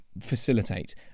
facilitate